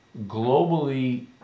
globally